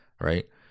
right